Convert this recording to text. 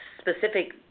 specific